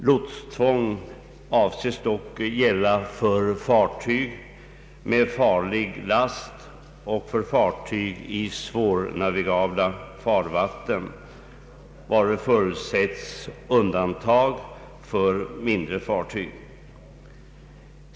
Lotstvång avses dock gälla för fartyg med farlig last och för fartyg i svårnavigabla farvatten, varvid förutsätts undantag för mindre fartyg.